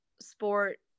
sport